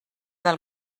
del